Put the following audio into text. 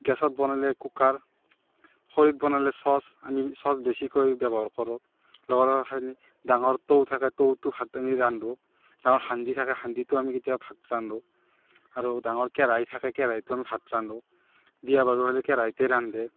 গেছত বনালে কুকাৰ খৰিত বনালে চচ আমি চচ বেছিকৈ ব্যৱহাৰ কৰোঁ লৱাৰৰখিনি ডাঙৰ টৌ থাকে টৌটো হাতনি ৰান্ধোঁ আৰু সান্দি থাকে সান্ধিটো কেতিয়াবা ভাত ৰান্ধোঁ আৰু ডাঙৰ কেৰাহি থাকে কেৰাহিটো ভাত ৰান্ধোঁ বিয়া বাৰু হ'লে কেৰাহিতে ৰান্ধে